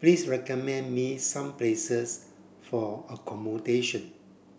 please recommend me some places for accommodation